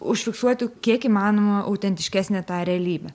užfiksuoti kiek įmanoma autentiškesnę tą realybę